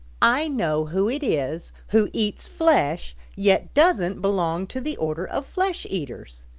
i know who it is who eats flesh, yet doesn't belong to the order of flesh eaters.